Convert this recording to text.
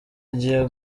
agiye